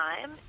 time